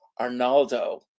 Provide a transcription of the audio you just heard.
Arnaldo